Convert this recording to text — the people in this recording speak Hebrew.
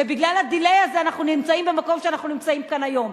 ובגלל ה-delay הזה אנחנו נמצאים במקום שאנחנו נמצאים בו היום.